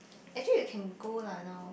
actually you can go lah now